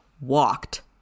Walked